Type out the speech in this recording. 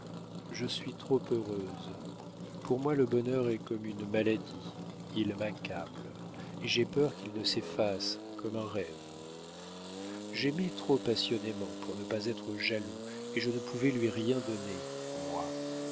je suis trop heureuse pour moi le bonheur est comme une maladie il m'accable et j'ai peur qu'il ne s'efface comme un rêve j'aimais trop passionnément pour ne pas être jaloux et je ne pouvais lui rien donner moi